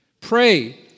Pray